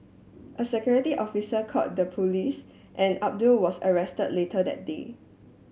a security officer called the police and Abdul was arrested later that day